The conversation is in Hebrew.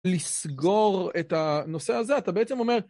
לסגור את הנושא הזה, אתה בעצם אומר...